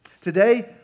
Today